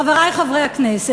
חברי חברי הכנסת,